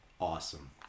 awesome